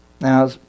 Now